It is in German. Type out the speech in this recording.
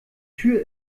tür